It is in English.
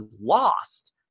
lost